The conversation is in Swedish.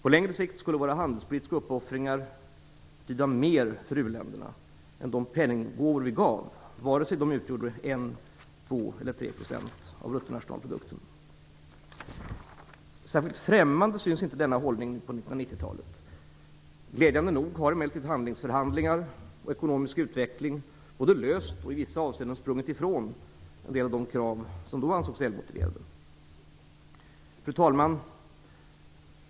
På längre sikt skulle våra handelspolitiska uppoffringar betyda mer för u-länderna än de penninggåvor vi gav, vare sig de utgjorde 1, 2 eller 3 % av bruttonationalprodukten. Särskilt främmande synes inte denna hållning på 1990-talet. Glädjande nog har emellertid handelsförhandlingar och ekonomisk utveckling både löst och i vissa avseenden sprungit ifrån en del av de krav som då ansågs välmotiverade. Fru talman!